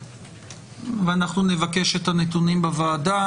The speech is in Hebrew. אנחנו נבקש את הנתונים בוועדה,